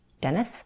Dennis